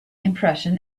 impression